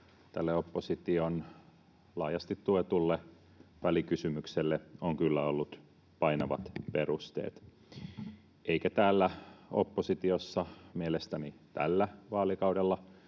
tälle opposition laajasti tuetulle välikysymykselle on kyllä ollut painavat perusteet, eikä täällä oppositiossa mielestäni tällä vaalikaudella